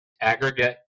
aggregate